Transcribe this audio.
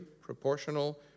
proportional